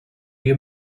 you